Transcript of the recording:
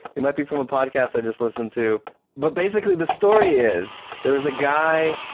it might be from a podcast i just listened to but basically the story is, there was a guy